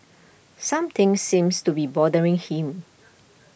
something seems to be bothering him